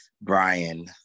Brian